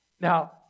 Now